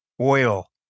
oil